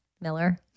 Miller